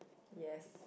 yes